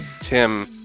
Tim